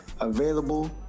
available